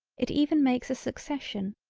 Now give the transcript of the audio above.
it even makes a succession.